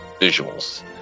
visuals